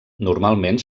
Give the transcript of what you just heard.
normalment